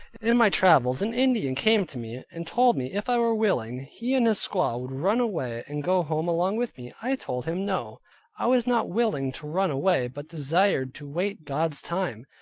in my travels an indian came to me and told me, if i were willing, he and his squaw would run away, and go home along with me. i told him no i was not willing to run away, but desired to wait god's time,